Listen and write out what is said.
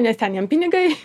nes ten jiem pinigai